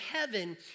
heaven